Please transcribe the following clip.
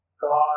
God